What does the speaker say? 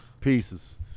pieces